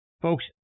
Folks